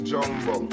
Jumbo